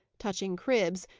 touching cribs,